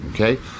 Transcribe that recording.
Okay